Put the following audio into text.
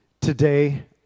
today